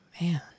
Man